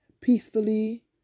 peacefully